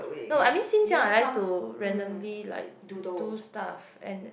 no I mean since young I like to randomly like do stuff and